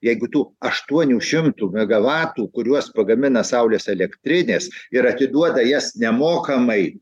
jeigu tų aštuonių šimtų megavatų kuriuos pagamina saulės elektrinės ir atiduoda jas nemokamai